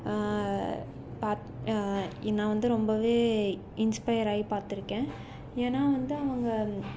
பா நான் வந்து ரொம்பவே இன்ஸ்பயர் ஆகி பார்த்துருக்கேன் ஏன்னால் வந்து அவங்க